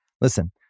Listen